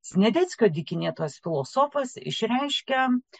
sniadeckio dykinėtojas filosofas išreiškia